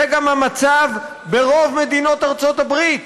זה גם המצב ברוב מדינות ארצות הברית,